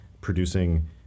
producing